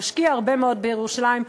שמשקיע הרבה מאוד בירושלים,